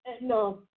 no